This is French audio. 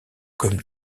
comme